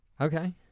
Okay